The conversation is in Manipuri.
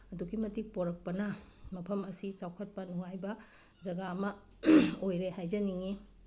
ꯑꯗꯨꯛꯀꯤ ꯃꯇꯤꯛ ꯄꯣꯔꯛꯄꯅ ꯃꯐꯝ ꯑꯁꯤ ꯆꯥꯎꯈꯠꯄ ꯅꯨꯡꯉꯥꯏꯕ ꯖꯒꯥ ꯑꯃ ꯑꯣꯏꯔꯦ ꯍꯥꯏꯖꯅꯤꯡꯉꯤ